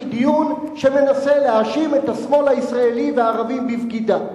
דיון שמנסה להאשים את השמאל הישראלי והערבים בבגידה.